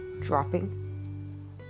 dropping